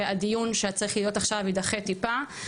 והדיון שהיה צריך להיות עכשיו יידחה טיפה.